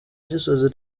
gisozi